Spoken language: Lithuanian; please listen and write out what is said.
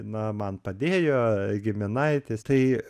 na man padėjo giminaitis tai